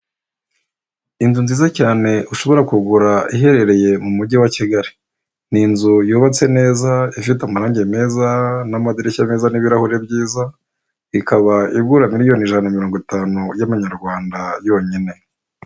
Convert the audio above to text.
Inzu nziza cyane ushobora kugura iherereye mu mugi wa Kigali. Ni inzu yubatse neza ifite amarangi meza n'amadirishya meza n'ibirahuri byiza, ikaba igura miliyoni ijana na mirongo itanu y'amanyarwanda yonyine.